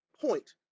point